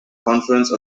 confluence